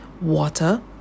water